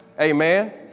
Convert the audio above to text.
Amen